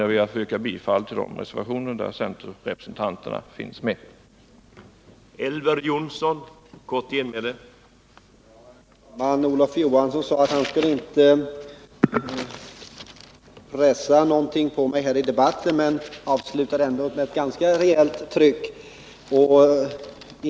Jag ber att få yrka bifall till de reservationer där centerrepresentanter finns med bland undertecknarna.